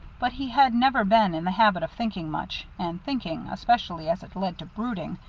but he had never been in the habit of thinking much, and thinking, especially as it led to brooding,